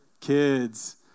Kids